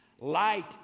Light